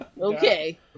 Okay